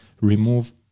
remove